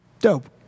Dope